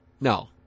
No